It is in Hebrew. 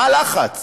מה הלחץ?